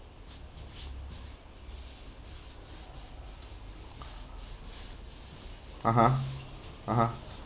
(uh huh) (uh huh)